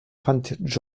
fand